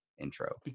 intro